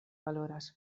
valoras